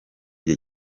gihe